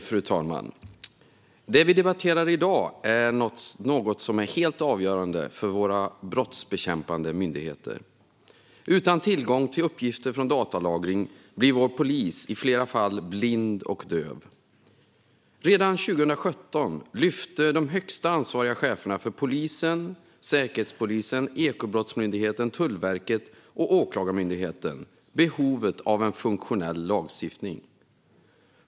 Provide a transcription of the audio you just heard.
Fru talman! Det vi debatterar i dag är något helt avgörande för våra brottsbekämpande myndigheter. Utan tillgång till uppgifter från datalagring blir vår polis i flera fall blind och döv. Redan 2017 lyfte de högsta ansvariga cheferna för polisen, Säkerhetspolisen, Ekobrottsmyndigheten, Tullverket och Åklagarmyndigheten fram behovet av en funktionell lagstiftning.